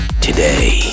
today